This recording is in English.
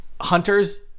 hunters